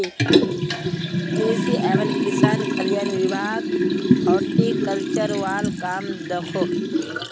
कृषि एवं किसान कल्याण विभाग हॉर्टिकल्चर वाल काम दखोह